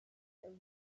are